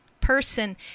person